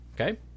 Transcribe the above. okay